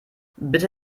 bitte